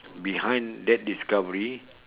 behind that discovery